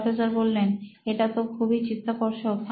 professor এটাতো খুবই চিত্তাকর্ষক